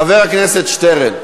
חבר הכנסת שטרן,